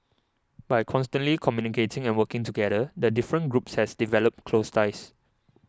by constantly communicating and working together the different groups have developed close ties